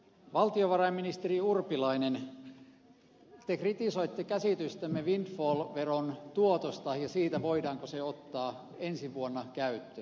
valtiovarainministeri urpilainen te kritisoitte käsitystämme windfall veron tuotosta ja siitä voidaanko se ottaa ensi vuonna käyttöön